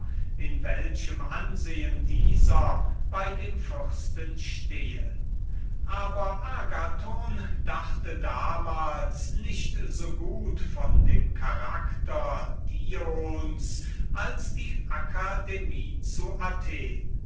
in welchem ansehen er bei dionysen stehe aber agathon dachte damals nicht so gut von dem charakter dions als die akademie zu athen